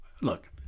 look